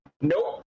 nope